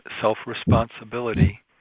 self-responsibility